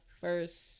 first